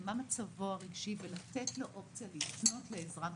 מה מצבו הרגשי לתת לו אופציה לפנות לעזרה.